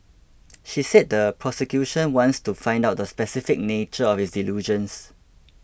she said the prosecution wants to find out the specific nature of his delusions